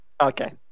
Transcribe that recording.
Okay